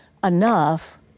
enough